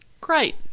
Great